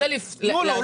התפקיד שלי הוא